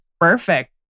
perfect